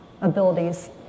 abilities